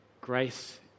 grace